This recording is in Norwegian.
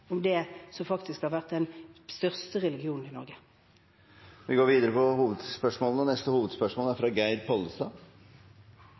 om det som faktisk har vært den største religionen i Norge. Vi går videre til neste hovedspørsmål. VG og